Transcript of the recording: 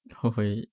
[ho] wait